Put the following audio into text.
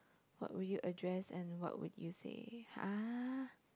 what will you address and what will you say !huh!